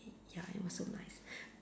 ya it was so nice